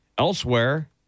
elsewhere